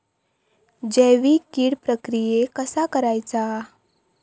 जैविक कीड प्रक्रियेक कसा करायचा?